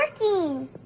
working